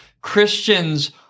Christians